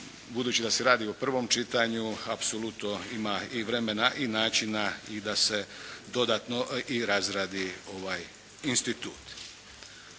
Budući da se radi o prvom čitanju, apsolutno ima i vremena i načina da se dodatno i razradi ovaj institut.